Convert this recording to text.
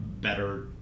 better